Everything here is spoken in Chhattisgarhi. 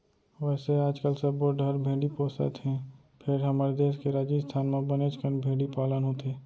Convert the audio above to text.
वैसे आजकाल सब्बो डहर भेड़ी पोसत हें फेर हमर देस के राजिस्थान म बनेच कन भेड़ी पालन होथे